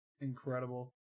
Incredible